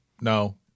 No